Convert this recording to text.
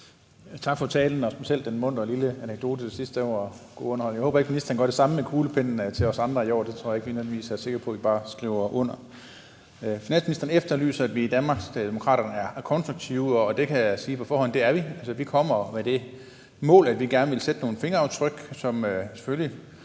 Tak for talen og specielt den muntre lille anekdote til sidst. Det var god underholdning. Jeg håber ikke, ministeren gør det samme med kuglepennen til os andre i år. Jeg tror ikke, vi nødvendigvis er sikre på, at vi bare skriver under. Finansministeren efterlyser, at vi i Danmarksdemokraterne er konstruktive, og det kan jeg sige på forhånd at vi er. Vi kommer med det mål, at vi gerne vil sætte nogle fingeraftryk, som selvfølgelig